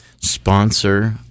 sponsor